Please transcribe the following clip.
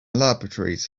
laboratories